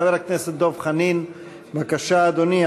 חבר הכנסת דב חנין, בבקשה, אדוני.